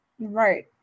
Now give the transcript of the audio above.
Right